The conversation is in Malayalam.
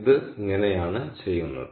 ഇത് ഇങ്ങനെയാണ് ചെയ്യുന്നത്